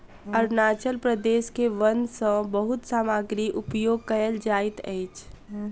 अरुणाचल प्रदेश के वन सॅ बहुत सामग्री उपयोग कयल जाइत अछि